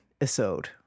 episode